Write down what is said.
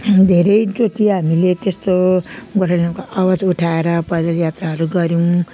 धेरैचोटि हामीले त्यस्तो गोर्खाल्यान्डको आवाज उठाएर पैदल यात्राहरू गऱ्यौँ